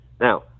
now